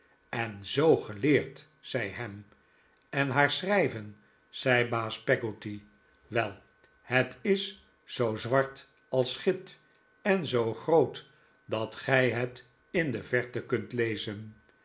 en zoo geleerd zei ham en haar schrijven zei baas peggotty wel het is zoo zwart als git en zoo groot dat gij het in de verte kunt lezen